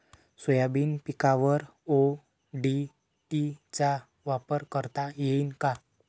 Soybean पिकावर ODT चा वापर करता येईन का?